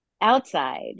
outside